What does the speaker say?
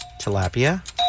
Tilapia